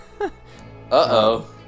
Uh-oh